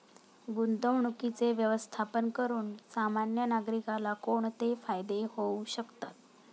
गुंतवणुकीचे व्यवस्थापन करून सामान्य नागरिकाला कोणते फायदे होऊ शकतात?